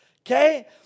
Okay